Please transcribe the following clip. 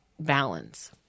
balance